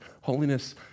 holiness